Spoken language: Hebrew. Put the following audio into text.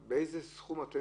כמה?